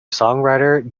songwriter